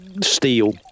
steel